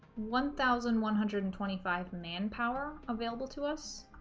one thousand one hundred and twenty five manpower available to us